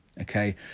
okay